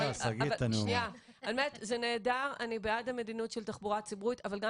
אני בעד המדיניות של תחבורה ציבורית אבל גם